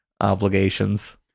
obligations